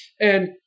and-